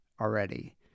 already